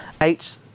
Eight